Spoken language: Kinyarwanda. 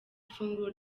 ifunguro